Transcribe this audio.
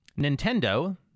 Nintendo